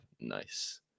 nice